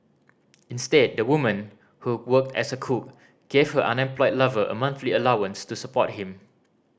instead the woman who worked as a cook gave her unemployed lover a monthly allowance to support him